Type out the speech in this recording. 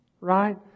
Right